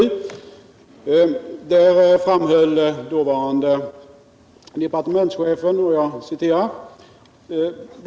Där framhöll dåvarande departementschefen: ”BI.